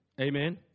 Amen